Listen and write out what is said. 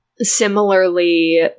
Similarly